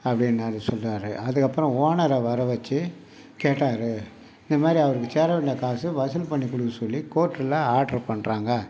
அப்படினாரு சொன்னார் அதுக்கப்புறம் ஓனரை வரவச்சு கேட்டார் இந்தமாதிரி அவருக்கு சேரவேண்டிய காசு வசூல் பண்ணிக்கொடுக்க சொல்லி கோர்ட்டில் ஆர்ட்ரு பண்ணுறாங்க